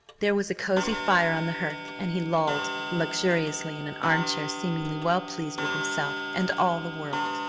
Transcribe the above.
there was a cozy fire on the hearth, and he lolled luxuriously in an arm-chair seemingly well pleased with himself and all the world.